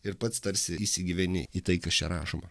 ir pats tarsi įsigyveni į tai kas čia rašoma